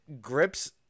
grips